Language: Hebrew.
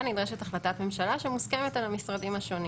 נדרשת החלטת ממשלה שמוסכמת על המשרדים השונים.